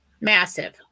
Massive